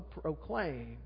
proclaim